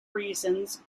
reasons